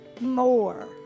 More